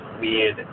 weird